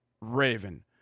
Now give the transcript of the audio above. Raven